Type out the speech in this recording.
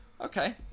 Okay